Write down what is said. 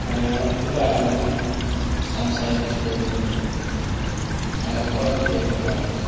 മലയാളം മുൻകാലങ്ങളിൽ സംസാരിച്ച് പോന്നിരുന്നത് മലപ്പുറം ജില്ലയിൽപ്പെട്ട ആളുകളാണ്